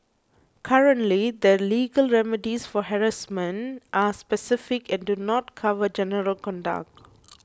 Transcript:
currently the legal remedies for harassment are specific and do not cover general conduct